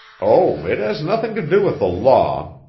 oh, it has nothing to do with the law,